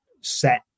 set